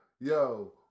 Yo